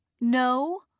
No